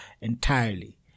entirely